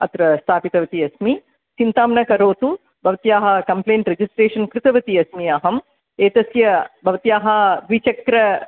अत्र स्थापितवती अस्मि चिन्तां न करोतु भवत्याः कम्प्लेण्ट् रेजिस्ट्रेशन् कृतवती अस्मि अहम् एतस्य भवत्याः द्विचक्र